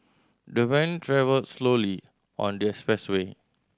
the van travelled slowly on the expressway